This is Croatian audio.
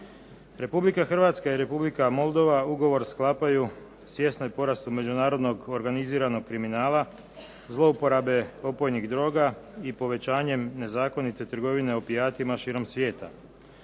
Republika Hrvatska i Republika Moldova Ugovor sklapaju svjesni porasta međunarodnog organiziranog kriminala, zlouporabe opojnih droga i povećanjem nezakonite trgovine opijatima širom svijeta.